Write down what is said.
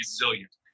resilient